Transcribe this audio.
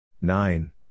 Nine